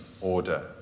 order